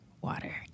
water